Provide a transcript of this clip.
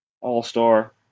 all-star